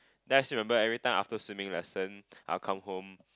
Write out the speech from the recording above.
then I still remember every time after swimming lesson I'll come home